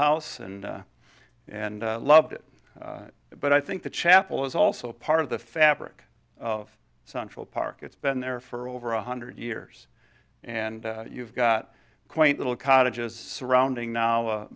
house and and loved it but i think the chapel is also part of the fabric of central park it's been there for over one hundred years and you've got quaint little cottages surrounding now